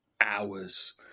hours